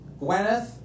Gwyneth